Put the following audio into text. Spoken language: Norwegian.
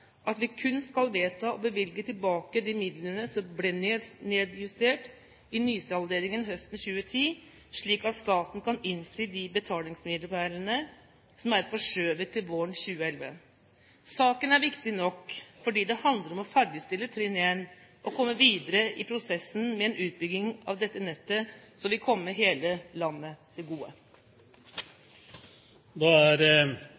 at vi kun skal vedta å bevilge tilbake de midlene som ble nedjustert i nysalderingen høsten 2010, slik at staten kan innfri de betalingsmilepælene som er forskjøvet til våren 2011. Saken er viktig nok, fordi det handler om å ferdigstille trinn 1 og å komme videre i prosessen med en utbygging av dette nettet som vil komme hele landet til gode. Neste taler er